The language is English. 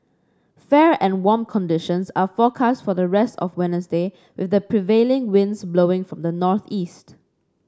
fair and warm conditions are forecast for the rest of Wednesday with prevailing winds blowing from the northeast